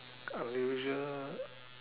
unusual